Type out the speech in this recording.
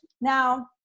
Now